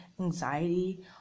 anxiety